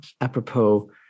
apropos